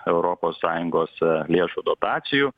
europos sąjungos lėšų dotacijų